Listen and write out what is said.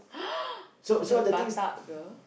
the batak girl